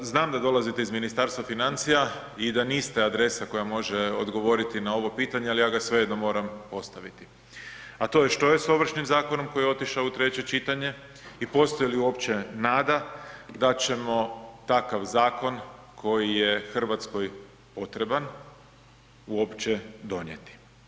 Znam da dolazite iz Ministarstva financija i da niste adresa koja može odgovoriti na ovo pitanje, ali ja ga svejedno moram postaviti, a to je što je s Ovršnim zakonom koji je otišao u treće čitanje i postoji li uopće nada da ćemo takav zakon koji je Hrvatskoj potreban uopće donijeti?